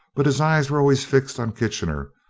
but his eyes were always fixed on kitchener,